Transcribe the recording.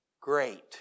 great